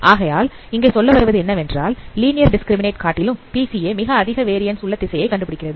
ஆகையால் இங்கே சொல்ல வருவது என்னவென்றால் லீனியர் டிஸ்கிரிமிநேட் காட்டிலும் பிசிஏ மிக அதிக வேரியண்ஸ் உள்ள திசையை கண்டுபிடிக்கிறது